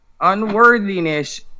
unworthiness